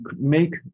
make